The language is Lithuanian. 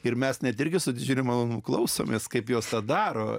ir mes netgi su didžiuliu malonumu klausomės kaip jos daro